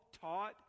taught